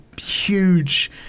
huge